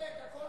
כמה שהוא ישווק,